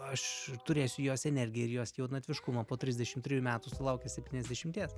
aš turėsiu jos energiją ir jos jaunatviškumą po trisdešim trijų metų sulaukęs septyniasdešimties